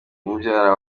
mubyara